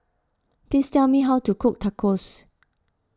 please tell me how to cook Tacos